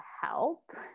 help